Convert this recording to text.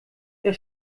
der